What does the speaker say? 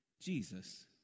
Jesus